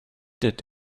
did